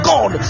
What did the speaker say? God